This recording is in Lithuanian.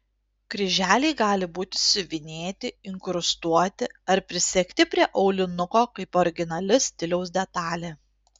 kryželiai gali būti siuvinėti inkrustuoti ar prisegti prie aulinuko kaip originali stiliaus detalė